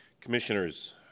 Commissioners